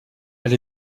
elle